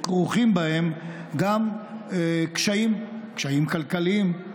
שכרוכים בהם גם קשיים, קשיים כלכליים,